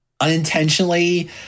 unintentionally